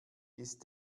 ist